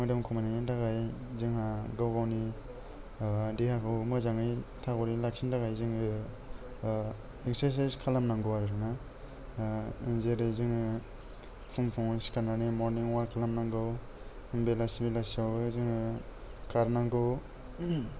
मोदोम खमायनायनि थाखाय जोंहा गाव गावनि देहाखौ मोजाङै थागरैनो लाखिनो थाखाय जोङो एक्सारसाइस खालाम नांगौ आरो ना जेरै जोङो फुं फुङावनो सिखारनानै मरनिं अवाक खालाम नांगौ बेलासि बेलासिआवहाय जोङो खारनांगौ